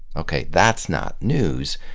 okay. that's not news,